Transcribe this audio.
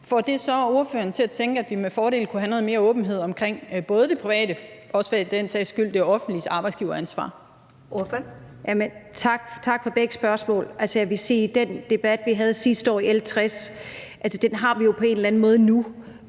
får det så ordføreren til at tænke, at vi med fordel kunne have noget mere åbenhed omkring både det privates og også for den sags skyld det offentliges arbejdsgiveransvar?